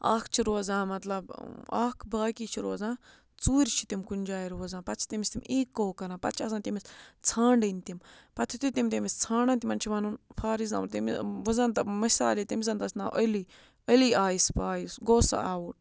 اَکھ چھِ روزان مَطلَب اَکھ باقٕے چھِ روزان ژوٗرِ چھِ تِم کُنہِ جایہِ روزان پَتہٕ چھِ تٔمِس تِم ایٖکو کَران پَتہٕ چھِ آسان تٔمِس ژھانٛڈٕنۍ تِم پَتہٕ یُتھُے تِم تٔمِس ژھانٛڈَن تِمَن چھِ وَنُن فار اٮ۪گزامپٕل تٔمِس وۄنۍ زَن تہٕ مِثالے تٔمِس زَن تہ آسہِ ناو علی علی آیِس پایِس گوٚو سُہ آوُٹ